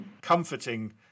comforting